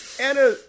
Anna